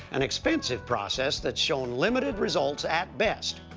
an expensive process that's shown limited results at best.